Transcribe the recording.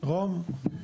רום?